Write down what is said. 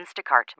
Instacart